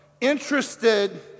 interested